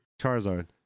Charizard